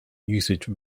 usage